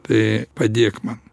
tai padėk man